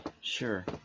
Sure